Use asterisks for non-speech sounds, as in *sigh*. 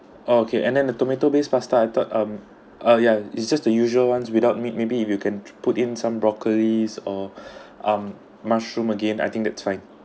oh okay and then the tomato based pasta I thought um uh yeah it's just the usual ones without meat maybe if you can put in some broccoli or *breath* um mushroom again I think that's fine